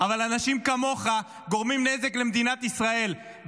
אבל אנשים כמוך גורמים נזק למדינת ישראל,